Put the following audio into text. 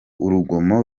urugomo